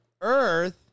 Earth